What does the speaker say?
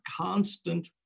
constant